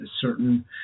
certain